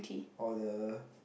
or the